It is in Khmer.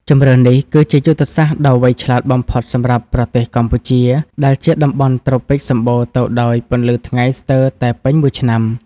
ជម្រើសនេះគឺជាយុទ្ធសាស្ត្រដ៏វៃឆ្លាតបំផុតសម្រាប់ប្រទេសកម្ពុជា ដែលជាតំបន់ត្រូពិកសម្បូរទៅដោយពន្លឺថ្ងៃស្ទើរតែពេញមួយឆ្នាំ។